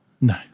No